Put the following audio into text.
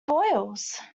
boils